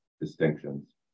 distinctions